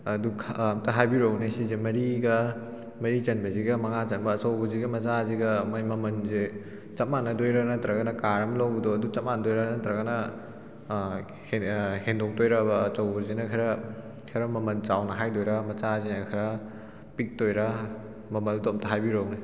ꯑꯗꯨ ꯈꯔ ꯑꯝꯇ ꯍꯥꯏꯕꯤꯔꯛꯎꯅꯦ ꯑꯁꯤꯁꯦ ꯃꯔꯤꯒ ꯃꯔꯤ ꯆꯟꯕꯁꯤꯒ ꯃꯉꯥ ꯆꯟꯕ ꯑꯆꯧꯕꯁꯤꯒ ꯃꯆꯥꯁꯤꯒ ꯃꯣꯏ ꯃꯃꯜꯁꯦ ꯆꯞ ꯃꯥꯟꯅꯗꯣꯏꯔ ꯅꯠꯇ꯭ꯔꯒꯅ ꯀꯥꯔ ꯑꯃ ꯂꯧꯕꯗꯣ ꯑꯗꯨ ꯆꯞ ꯃꯥꯟꯅꯗꯣꯏꯔ ꯅꯠꯇꯔꯒꯅ ꯍꯦꯟꯗꯣꯛꯇꯣꯏꯔꯕ ꯑꯆꯧꯕꯁꯤꯅ ꯈꯔ ꯈꯔ ꯃꯃꯟ ꯆꯥꯎꯅ ꯍꯥꯏꯗꯣꯏꯔ ꯃꯆꯥꯁꯤꯅ ꯈꯔ ꯄꯤꯛꯇꯣꯏꯔ ꯃꯃꯜꯗꯨ ꯑꯝꯇ ꯍꯥꯏꯕꯤꯔꯛꯎꯅꯦ